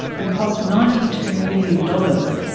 and cost ninety two million dollars.